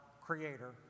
creator